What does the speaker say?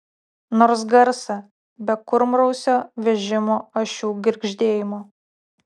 nors garsą be kurmrausio vežimo ašių girgždėjimo